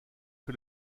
que